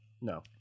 No